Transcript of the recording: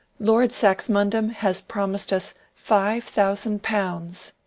lord saxmundham has promised us five thousand pounds